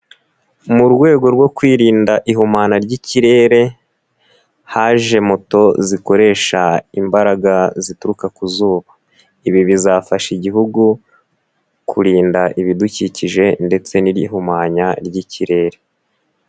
Mu rwego rwo kwirinda ihumana ry'ikirere, haje moto zikoresha imbaraga zituruka ku zuba, ibi bizafasha igihugu kurinda ibidukikije ndetse n'ihumanya ry'ikirere.